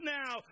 now